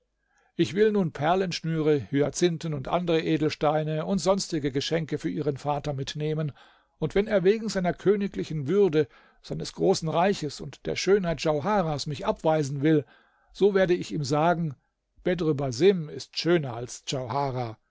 ich will nun perlenschnüre hyazinthen andere edelsteine und sonstige geschenke für ihren vater mitnehmen und wenn er wegen seiner königlichen würde seines großen reiches und der schönheit djauharahs mich abweisen will so werde ich ihm sagen bedr basim ist schöner als